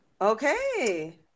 Okay